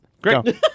Great